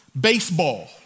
baseball